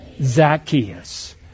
Zacchaeus